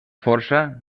força